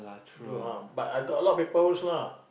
do uh but I got a lot paper works lah